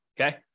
Okay